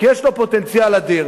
כי יש לו פוטנציאל אדיר.